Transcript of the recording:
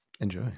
Enjoy